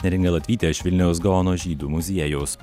neringa latvytė iš vilniaus gaono žydų muziejaus